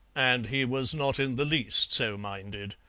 and he was not in the least so minded.